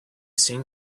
seen